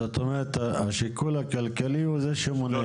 זאת אומרת, השיקול הכלכלי הוא זה שמונע.